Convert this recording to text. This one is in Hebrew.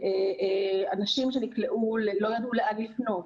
אנשים שלא ידעו לאן לפנות,